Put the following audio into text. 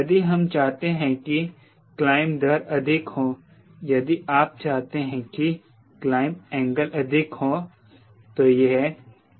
यदि हम चाहते हैं कि क्लाइंब दर अधिक हो यदि आप चाहते हैं कि क्लाइंब एंगल अधिक हो